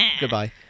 Goodbye